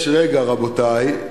יש רגע, רבותי,